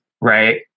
right